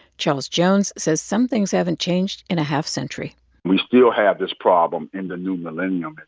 charles jones says some things haven't changed in a half-century we still have this problem in the new millennium.